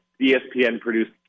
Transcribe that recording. ESPN-produced